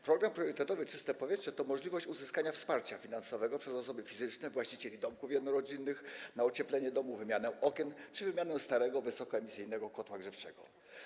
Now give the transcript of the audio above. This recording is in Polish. Program priorytetowy „Czyste powietrze” to możliwość uzyskania wsparcia finansowego przez osoby fizyczne, właścicieli domków jednorodzinnych, na ocieplenie domów, wymianę okien czy wymianę starych wysokoemisyjnych kotłów grzewczych.